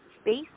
space